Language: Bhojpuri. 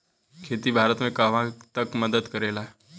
खेती भारत के कहवा तक मदत करे ला?